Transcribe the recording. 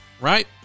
right